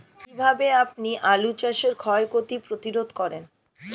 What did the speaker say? কীভাবে আপনি আলু চাষের ক্ষয় ক্ষতি প্রতিরোধ করেন?